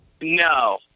No